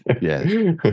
Yes